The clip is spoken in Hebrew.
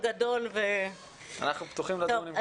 אנחנו פתוחים לדון עם כולם.